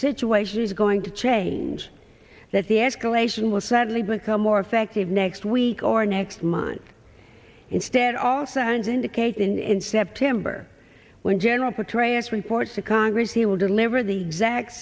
situation is going to change that the escalation will suddenly become more effective next week or next month instead all signs indicate in september when general petraeus reports to congress he will deliver the exact